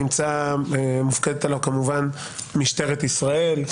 מופקדת עליו כמובן משטרת ישראל,